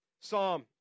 Psalm